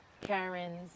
Karens